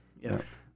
Yes